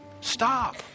Stop